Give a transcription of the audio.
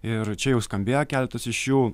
ir čia jau skambėjo keletas iš jų